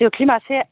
जोख्लि मासे